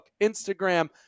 instagram